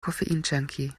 koffeinjunkie